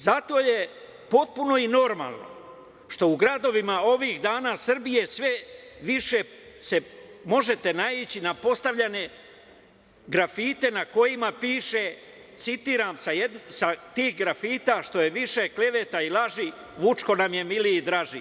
Zato je potpuno normalno što u gradovima Srbije ovih dana sve više možete naići na postavljene grafite na kojima piše, citiram: "Što je više kleveta i laži, Vučko nam je miliji i draži"